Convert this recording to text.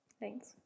Thanks